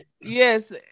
Yes